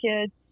kids